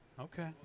Okay